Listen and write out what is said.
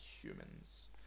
humans